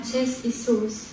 Jesus